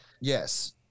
Yes